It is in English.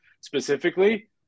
specifically